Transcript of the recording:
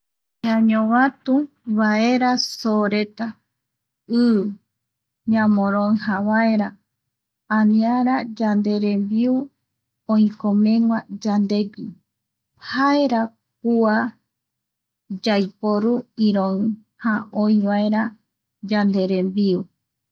Ñañovatu, vaera so reta, i ñamoroija vaera, aniara yanderembiu oikomegua yandegui jaera kua yaiporu iroija oï vaera yanderembiu.